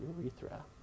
urethra